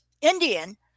Indian